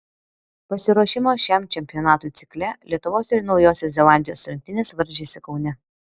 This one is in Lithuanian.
pasiruošimo šiam čempionatui cikle lietuvos ir naujosios zelandijos rinktinės varžėsi kaune